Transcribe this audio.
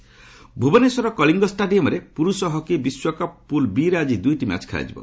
hockey ଭୁବନେଶ୍ୱରର କଳିଙ୍ଗ ଷ୍ଟାଡିୟମ୍ରେ ପୁରୁଷ ହକି ବିଶ୍ୱକପ୍ର ପୁଲ୍ ବି ରେ ଆଜି ଦୁଇଟି ମ୍ୟାଚ୍ ଖେଳାଯିବ